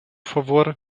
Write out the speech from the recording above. favor